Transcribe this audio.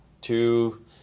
two